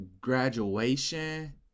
graduation